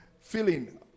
Feeling